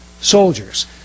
soldiers